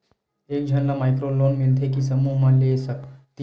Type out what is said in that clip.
एक झन ला माइक्रो लोन मिलथे कि समूह मा ले सकती?